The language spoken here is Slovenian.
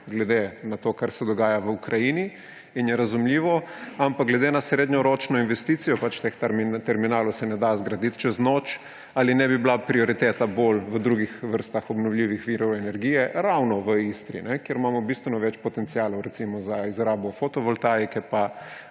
glede na to, kar se dogaja v Ukrajini, in je to razumljivo. Ampak glede na srednjeročno investicijo, teh terminalov se pač ne da zgraditi čez noč, ali ne bi bila prioriteta bolj v drugih vrstah obnovljivih virov energije ravno v Istri, kjer imamo bistveno več potencialov recimo za izrabo fotovoltaike pa